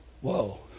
whoa